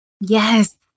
Yes